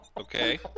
Okay